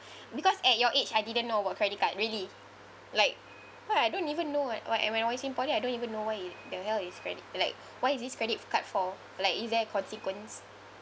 because at your age I didn't know about credit card really like what I don't even know what what and I when I was in poly I don't even know what i~ the hell is credit like what is this credit card for like is there a consequence